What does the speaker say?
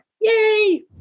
Yay